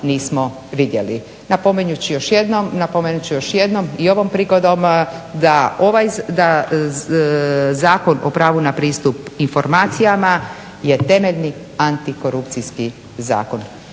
Napominjući još jednom i ovom prigodom da Zakon o pravu na pristup informacijama je temeljni antikorupcijski zakon.